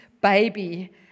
baby